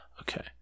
Okay